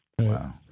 Wow